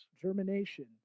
germination